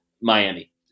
Miami